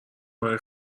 برای